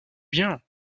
bien